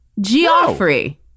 Geoffrey